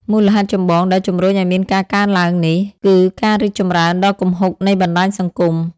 មូលហេតុចម្បងដែលជំរុញឱ្យមានការកើនឡើងនេះ គឺ ការរីកចម្រើនដ៏គំហុកនៃបណ្តាញសង្គម។